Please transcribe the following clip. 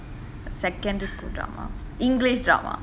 secondary school drama english drama